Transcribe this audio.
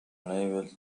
unable